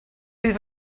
bydd